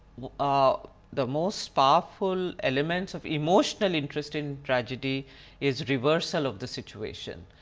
ah the most powerful elements of emotional interest in tragedy is reversal of the situation.